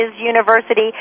university